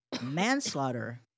manslaughter